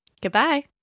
Goodbye